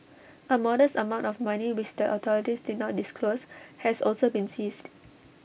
A modest amount of money which the authorities did not disclose has also been seized